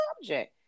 subject